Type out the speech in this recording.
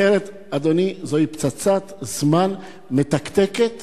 אחרת, אדוני, זאת פצצת זמן מתקתקת